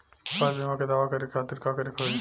स्वास्थ्य बीमा के दावा करे के खातिर का करे के होई?